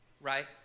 Right